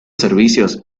servicios